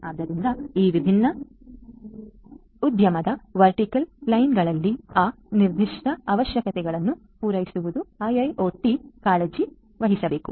ಆದ್ದರಿಂದ ಈ ವಿಭಿನ್ನ ಉದ್ಯಮದ ವರ್ಟಿಕಲ್ ಲೈನೆಗಳಲ್ಲಿ ಆ ನಿರ್ದಿಷ್ಟ ಅವಶ್ಯಕತೆಗಳನ್ನು ಪೂರೈಸುವುದು IIoT ಕಾಳಜಿ ವಹಿಸಬೇಕು